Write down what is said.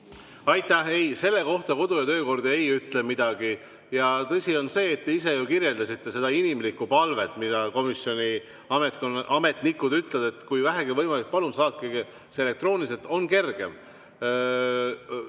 Aitäh! Ei, selle kohta kodu- ja töökord ei ütle midagi. Jaa, tõsi on see, te ise ju kirjeldasite seda inimlikku palvet, mida komisjoni ametnikud ütlevad, et kui vähegi võimalik, palun saatke [dokument] elektrooniliselt, nii on kergem.